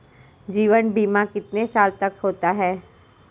जीवन बीमा कितने साल तक का होता है?